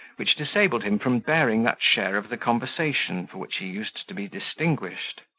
which disabled him from bearing that share of the conversation for which he used to be distinguished.